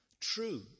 True